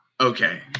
Okay